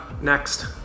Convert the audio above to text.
next